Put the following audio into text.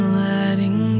letting